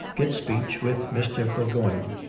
get speech with mr. bourgoign,